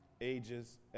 ages